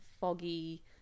foggy